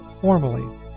formally